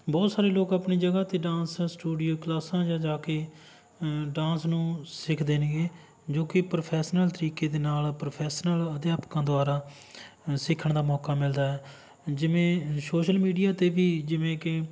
ਬਹੁਤ ਸਾਰੇ ਲੋਕ ਆਪਣੀ ਜਗ੍ਹਾ 'ਤੇ ਡਾਂਸ ਸਟੂਡੀਓ ਕਲਾਸਾਂ ਜਾਂ ਜਾ ਕੇ ਡਾਂਸ ਨੂੰ ਸਿੱਖਦੇ ਨੇਗੇ ਜੋ ਕਿ ਪ੍ਰੋਫੈਸਨਲ ਤਰੀਕੇ ਦੇ ਨਾਲ ਪ੍ਰੋਫੈਸਨਲ ਅਧਿਆਪਕਾਂ ਦੁਆਰਾ ਸਿੱਖਣ ਦਾ ਮੌਕਾ ਮਿਲਦਾ ਹੈ ਜਿਵੇਂ ਸ਼ੋਸਲ ਮੀਡੀਆ 'ਤੇ ਵੀ ਜਿਵੇਂ ਕਿ